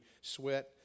sweat